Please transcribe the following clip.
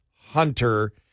Hunter